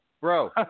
bro